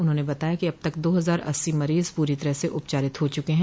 उन्होंने बताया कि अब तक दो हजार अस्सी मरीज पूरी तरह से उपचारित हो चुके हैं